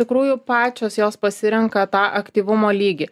tikrųjų pačios jos pasirenka tą aktyvumo lygį